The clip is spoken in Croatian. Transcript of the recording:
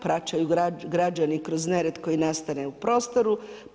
Plaćaju građani kroz nered koji nastane u prostoru.